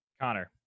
Connor